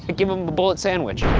give him the bullet sandwich.